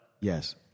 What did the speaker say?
Yes